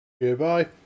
Goodbye